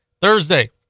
Thursday